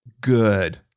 Good